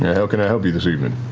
how can i help you this evening?